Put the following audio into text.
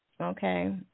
Okay